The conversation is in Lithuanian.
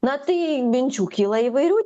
na tai minčių kyla įvairių